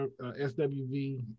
SWV